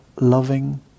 loving